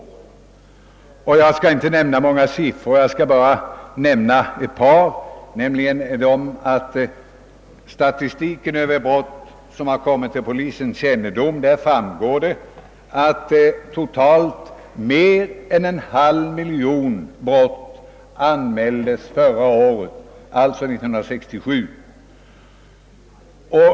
Jag skall endast nämna ett par siffror. Av statistiken över brott som kommit till polisens kännedom framgår det att totalt något mer än 500000 brott anmäldes år 1967.